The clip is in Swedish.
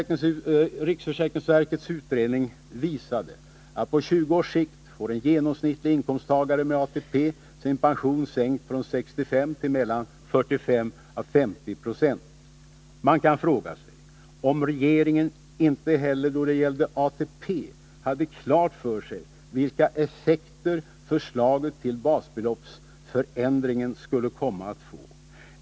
Riksförsäkringsverkets utredning visade att på 20 års sikt får en genomsnittlig inkomsttagare med ATP sin pension sänkt från 65 96 till mellan 45 och 50 20. Man kan fråga sig om regeringen inte heller då det gällde ATP hade klart för sig vilka effekter förslaget till basbeloppsförändringen skulle komma att få.